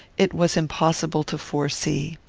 it was impossible to foresee.